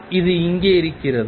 இது இங்கே இருக்கிறதா